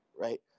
right